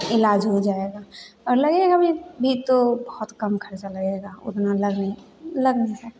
इलाज हो जाएगा भी तो बहुत कम खर्च लगेगा उतना लग नहीं लग नहीं सकता है